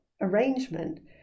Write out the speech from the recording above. arrangement